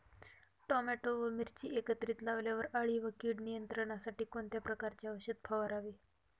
Tomato व मिरची एकत्रित लावल्यावर अळी व कीड नियंत्रणासाठी कोणत्या प्रकारचे औषध फवारावे?